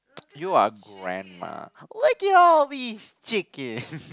you are grandma look at all these chickens